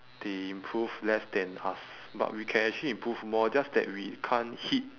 they improve less than us but we can actually improve more just that we can't hit